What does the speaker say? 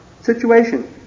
situation